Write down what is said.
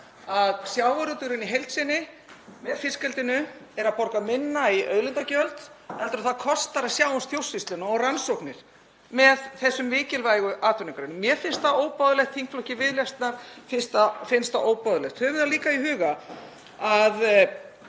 að sjávarútvegurinn í heild sinni með fiskeldinu er að borga minna í auðlindagjöld en það kostar að sjá um stjórnsýsluna og rannsóknir með þessum mikilvægu atvinnugreinum. Mér finnst það óboðlegt, þingflokki Viðreisnar finnst það óboðlegt. Höfum það líka í huga að